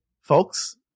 folks